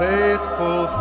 Faithful